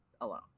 alone